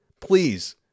please